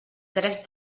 drets